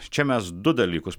čia mes du dalykus